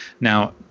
Now